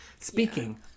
Speaking